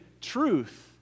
truth